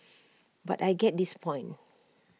but I get his point